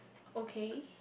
okay